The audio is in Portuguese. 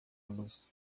luz